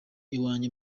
uwanjye